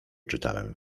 czytałem